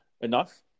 enough